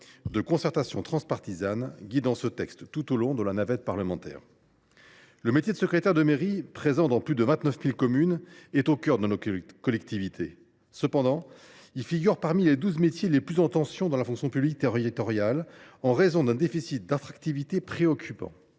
de concertation transpartisane qui a prévalu tout au long de la navette parlementaire. Le métier de secrétaire de mairie, présent dans plus de 29 000 communes, est au cœur de nos collectivités. Cependant, il figure parmi les douze métiers les plus en tension dans la fonction publique territoriale en raison d’un déficit d’attractivité préoccupant.